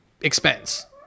expense